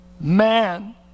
man